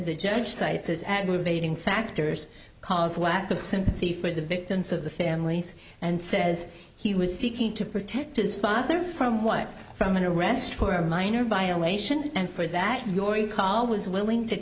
the judged it's aggravating factors cause a lack of sympathy for the victims of the families and says he was seeking to protect his father from what from an arrest for a minor violation and for that annoying call was willing to